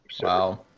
Wow